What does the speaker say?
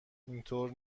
اینطور